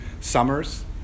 summers